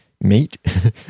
Mate